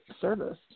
service